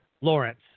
Lawrence